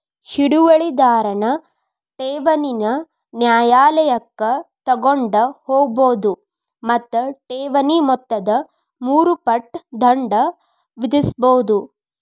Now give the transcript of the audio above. ಹಿಡುವಳಿದಾರನ್ ಠೇವಣಿನ ನ್ಯಾಯಾಲಯಕ್ಕ ತಗೊಂಡ್ ಹೋಗ್ಬೋದು ಮತ್ತ ಠೇವಣಿ ಮೊತ್ತದ ಮೂರು ಪಟ್ ದಂಡ ವಿಧಿಸ್ಬಹುದು